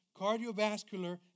cardiovascular